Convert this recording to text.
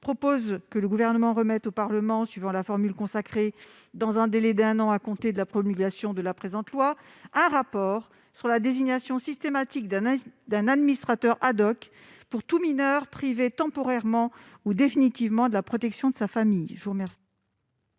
proposer que le Gouvernement remette au Parlement, suivant la formule consacrée, dans un délai d'un an à compter de la promulgation de la présente loi, un rapport sur la désignation systématique d'un administrateur pour tout mineur privé temporairement ou définitivement de la protection de sa famille.